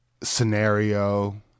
scenario